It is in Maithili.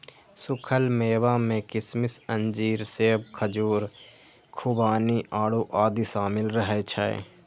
सूखल मेवा मे किशमिश, अंजीर, सेब, खजूर, खुबानी, आड़ू आदि शामिल रहै छै